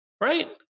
right